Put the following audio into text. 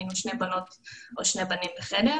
היינו שתי בנות או שני בנים בחדר,